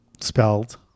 Spelled